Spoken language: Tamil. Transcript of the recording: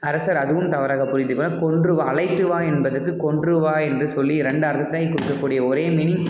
அரசர் அதுவும் தவறாக புரிந்துக்குவார் கொன்று வா அழைத்து வா என்பதற்கு கொன்று வா என்று சொல்லி இரண்டு அர்த்தத்தை கொடுக்கக்கூடிய ஒரே மீனிங்